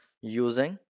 using